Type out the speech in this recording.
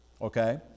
Okay